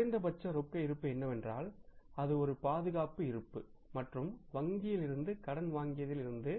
குறைந்தபட்ச ரொக்க இருப்பு என்னவென்றால் அது ஒரு பாதுகாப்புப் இருப்பு மற்றும் வங்கியில் இருந்து கடன் வாங்கியதில் இருந்து